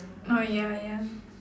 uh ya ya